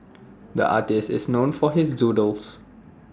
the artist is known for his doodles